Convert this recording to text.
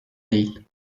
değil